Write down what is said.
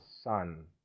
sun